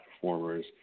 performers